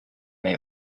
may